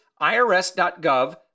irs.gov